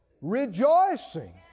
Rejoicing